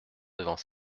devant